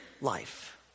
life